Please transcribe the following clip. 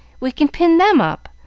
we can pin them up,